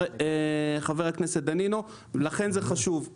חבר הכנסת דנינו, לכן זה חשוב.